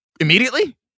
immediately